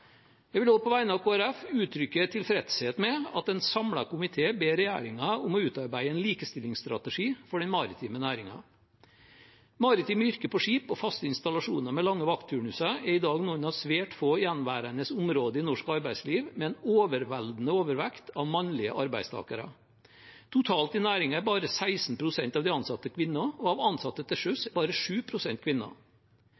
Jeg vil også på vegne av Kristelig Folkeparti uttrykke tilfredshet med at en samlet komité ber regjeringen om å utarbeide en likestillingsstrategi for den maritime næringen. Maritime yrker på skip og faste installasjoner med lange vaktturnuser er i dag noen av svært få gjenværende områder i norsk næringsliv med en overveldende overvekt av mannlige arbeidstakere. Totalt i næringen er bare 16 pst. av de ansatte kvinner, og av ansatte til